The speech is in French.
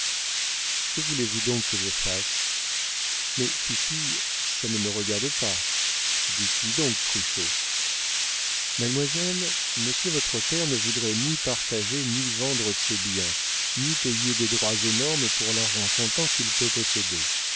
que voulez-vous donc que je fasse mais fifille ça ne me regarde pas dites-lui donc cruchot mademoiselle monsieur votre père ne voudrait ni partager ni vendre ses biens ni payer des droits énormes pour l'argent comptant qu'il peut posséder